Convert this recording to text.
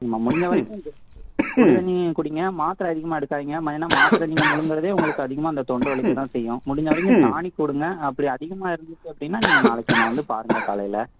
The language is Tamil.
முடிஞ்சவரைக்கும் இந்த சுடுதண்ணி குடியுங்க மாத்திர அதிகமாக எடுக்காதீங்க ஏன்னா மாத்திர நீங்கள் முழுங்குறதே உங்களுக்கு அதிகமா அந்த தொண்டை வலிக்க தான் செய்யும் முடிஞ்சவரைக்கும் டானிக் எடுங்கள் அப்படி அதிகமாக இருந்துச்சு அப்படின்னா நீங்கள் நாளைக்கு என்னை வந்து பாருங்கள் காலையில்